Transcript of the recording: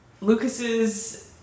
Lucas's